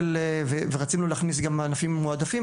ורצינו להכניס גם ענפים מועדפים.